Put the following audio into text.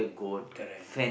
correct